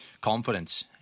confidence